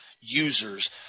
users